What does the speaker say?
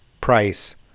price